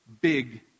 big